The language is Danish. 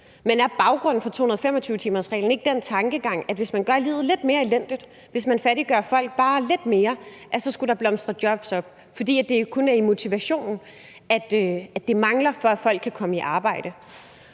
Men er baggrunden for 225-timersreglen ikke den tankegang, at hvis man gør livet lidt mere elendigt, hvis han fattiggør folk bare lidt mere, så skulle der blomstre nogle jobs op, fordi det jo kun er i motivationen, at det mangler, for at folk kan komme i arbejde?